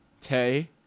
Tay